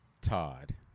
Todd